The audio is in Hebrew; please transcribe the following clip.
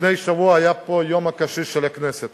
לפני שבוע היה פה יום הקשיש בכנסת,